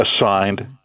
assigned